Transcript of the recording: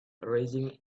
raising